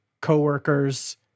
co-workers